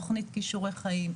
תוכנית כישורי חיים,